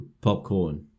popcorn